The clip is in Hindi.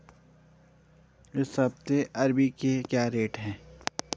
इस हफ्ते अरबी के क्या रेट हैं?